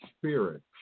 spirit